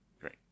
Great